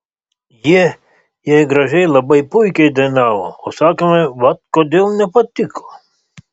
jie jei gražiai labai puikiai dainavo o sakome vat kodėl nepatiko